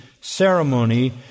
ceremony